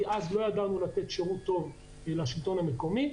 כי אז לא ידענו לתת שירות טוב לשלטון המקומי,